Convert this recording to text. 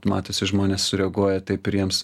matosi žmonės sureaguoja taip ir jiems